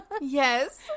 Yes